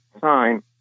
sign